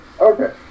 Okay